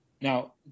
Now